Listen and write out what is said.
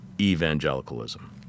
evangelicalism